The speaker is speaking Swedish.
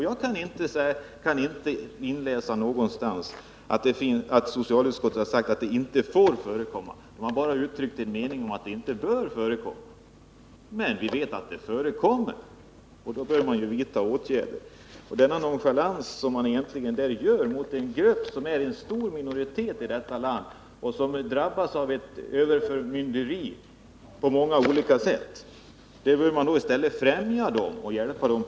Jag kan som sagt inte finna att socialutskottet har uttalat att sådana bestämmelser inte får förekomma, bara att de inte bör förekomma. Istället för att visa denna nonchalans mot en grupp som är en stor minoritet i detta land och som drabbas av överförmynderi på många olika sätt bör vi försöka hjälpa den.